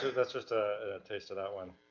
that's just a taste of that one.